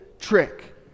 trick